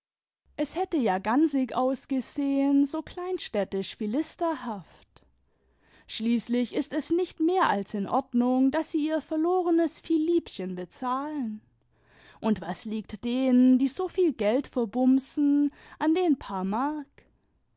es hätte ja gansig ausgesehen so kleinstädtisch philisterhaft schließlich ist es nicht mehr als in ordnung daß sie ihr verlorenes vielliebchen bezahlen und was liegt denen die so viel geld verbumsen an den paar mark